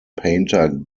painter